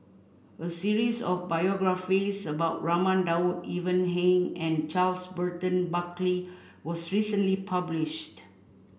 a series of biographies about Raman Daud Ivan Heng and Charles Burton Buckley was recently published